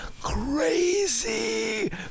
crazy